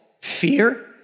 fear